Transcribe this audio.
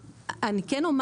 אני כן אומר